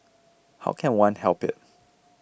how can one help it